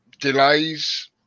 Delays